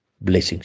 Blessings